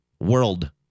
World